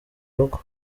rugo